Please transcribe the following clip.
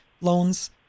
loans